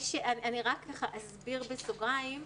אני רק אסביר בסוגריים,